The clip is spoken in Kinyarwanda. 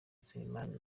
nsengimana